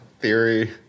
theory